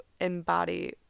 embody